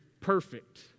perfect